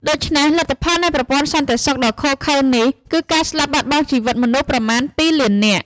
ដូច្នេះ លទ្ធផលនៃប្រព័ន្ធសន្តិសុខដ៏ឃោរឃៅនេះគឺការស្លាប់បាត់បង់ជីវិតមនុស្សប្រមាណ ២ លាននាក់ ។